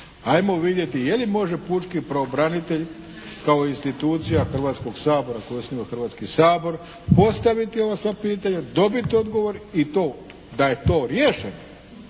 ajmo vidjeti je li može pučki pravobranitelj kao institucija Hrvatskoga sabora, koju osniva Hrvatski sabor postaviti ova sva pitanja, dobiti odgovor i da je to riješeno